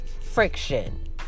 friction